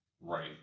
Right